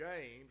James